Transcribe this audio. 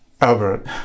albert